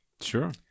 Sure